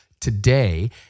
today